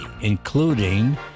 including